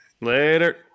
Later